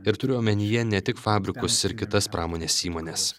ir turiu omenyje ne tik fabrikus ir kitas pramonės įmones